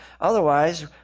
otherwise